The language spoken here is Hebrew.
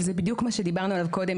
וזה בדיוק מה שדיברנו עליו קודם,